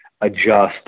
adjust